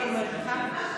אני רק אומרת לך.